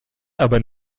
aber